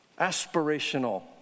Aspirational